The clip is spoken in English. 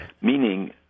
meaning